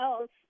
else